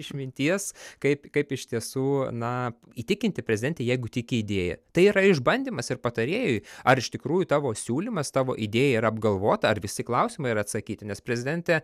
išminties kaip kaip iš tiesų na įtikinti prezidentę jeigu tiki idėja tai yra išbandymas ir patarėjui ar iš tikrųjų tavo siūlymas tavo idėja yra apgalvota ar visi klausimai yra atsakyti nes prezidentė